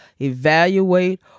evaluate